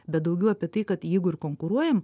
bet daugiau apie tai kad jeigu ir konkuruojam